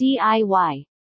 DIY